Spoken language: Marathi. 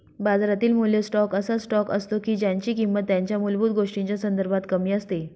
बाजारातील मूल्य स्टॉक असा स्टॉक असतो की ज्यांची किंमत त्यांच्या मूलभूत गोष्टींच्या संदर्भात कमी असते